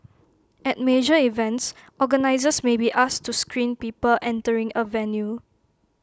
at major events organisers may be asked to screen people entering A venue